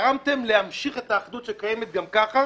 גרמתם להמשיך את האחדות שקיימת גם ככה